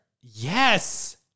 Yes